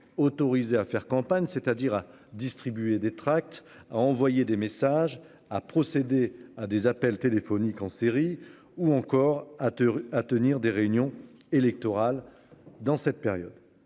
autorisées à faire campagne, c'est-à-dire à distribuer des tracts à envoyer des messages à procéder à des appels téléphoniques en série, ou encore à à tenir des réunions électorales. Dans cette période